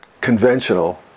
conventional